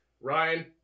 Ryan